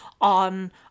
on